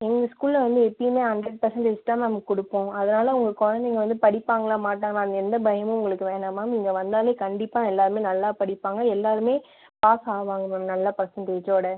எங்கள் ஸ்கூலில் வந்து எப்பியுமே ஹண்ட்ரட் பர்சன்டேஜ் தான் மேம் கொடுப்போம் அதனால் உங்கள் குழந்தைங்க வந்து படிப்பாங்களா மாட்டாங்களானு எந்த பயமும் உங்களுக்கு வேணா மேம் இங்க வந்தாலே கண்டிப்பாக எல்லாருமே நல்லா படிப்பாங்க எல்லாருமே பாஸ் ஆவாங்க மேம் நல்ல பர்சன்டேஜோட